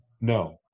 No